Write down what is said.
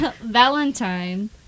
Valentine